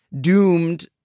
doomed